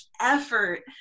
effort